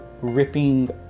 ripping